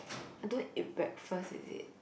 I don't eat breakfast is it